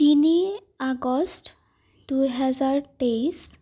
তিনি আগষ্ট দুহেজাৰ তেইছ